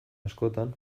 askotan